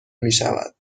میشود